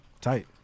Tight